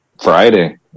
Friday